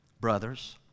brothers